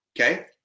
Okay